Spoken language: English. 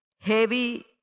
heavy